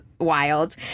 wild